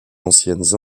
anciennes